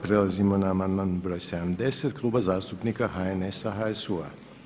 Prelazimo na amandman broj 70 Kluba zastupnika HNS-a, HSU-a.